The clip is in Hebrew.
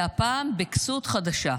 והפעם בכסות חדשה.